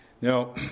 Now